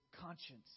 conscience